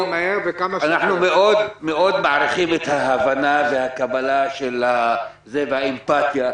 אנחנו מאוד מעריכים את ההבנה והקבלה של הדברים והאמפטיה,